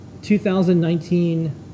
2019